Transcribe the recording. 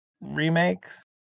remakes